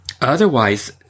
otherwise